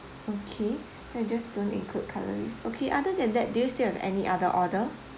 okay just don't include cutleries okay other than that do you still have any other order